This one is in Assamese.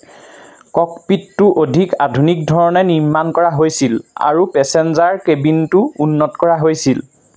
ককপিটটো অধিক আধুনিক ধৰণে নিৰ্মাণ কৰা হৈছিল আৰু পেছেঞ্জাৰ কেবিনটো উন্নত কৰা হৈছিল